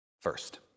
first